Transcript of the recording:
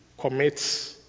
commits